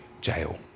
jail